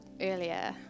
earlier